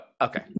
okay